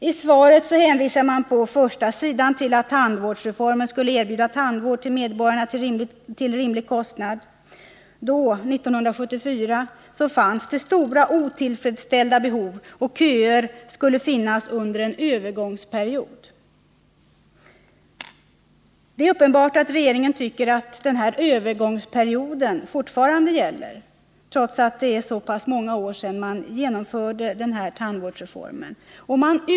I svaret hänvisar statsrådet inledningsvis till att tandvårdsreformen skulle erbjuda tandvård till medborgarna till rimlig kostnad. Då, 1974, fanns det stora otillfredsställda behov, och köer skulle finnas under en övergångsperiod. Det är uppenbart att regeringen tycker att denna övergångsperiod fortfarande gäller, trots att det är så många år sedan den här tandvårdsreformen genomfördes.